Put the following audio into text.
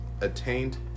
attained